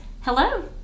Hello